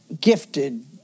gifted